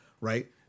right